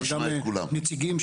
נשמע את כולם.